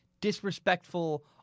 disrespectful